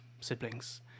siblings